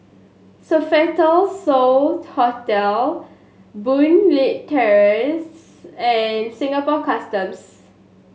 Sofitel So Hotel Boon Leat Terrace and Singapore Customs